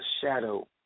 shadow